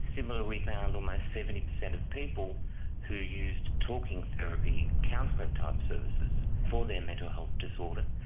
similarly we found almost seventy percent of people who used talking therapy, counselling type services for their mental health disorder,